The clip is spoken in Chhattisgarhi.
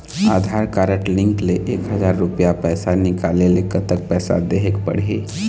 आधार कारड लिंक ले एक हजार रुपया पैसा निकाले ले कतक पैसा देहेक पड़ही?